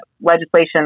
legislation